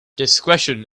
discretion